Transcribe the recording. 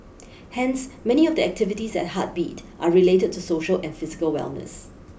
hence many of the activities at heartbeat are related to social and physical wellness